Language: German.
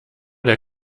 der